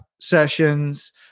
sessions